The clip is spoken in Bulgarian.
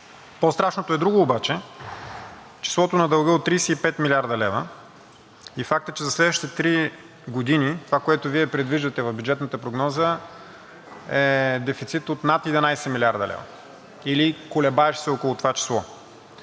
По-страшното е друго обаче – числото на дълга от 35 млрд. лв. и фактът, че за следващите три години това, което Вие предвиждате в бюджетната прогноза, е дефицит от над 11 млрд. лв. или колебаещ се около това число.